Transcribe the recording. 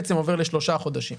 עובר לשלושה חודשים,